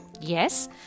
Yes